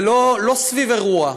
לא סביב אירוע,